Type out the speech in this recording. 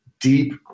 deep